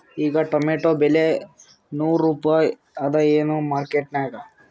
ಈಗಾ ಟೊಮೇಟೊ ಬೆಲೆ ನೂರು ರೂಪಾಯಿ ಅದಾಯೇನ ಮಾರಕೆಟನ್ಯಾಗ?